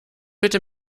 bitte